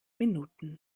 minuten